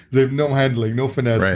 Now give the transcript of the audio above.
they have no handling, no finesse,